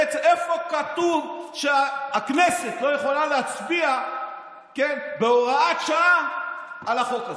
איפה כתוב שהכנסת לא יכולה להצביע בהוראת שעה על החוק הזה?